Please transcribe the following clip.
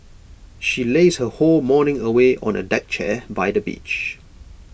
she lazed her whole morning away on A deck chair by the beach